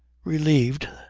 relieved,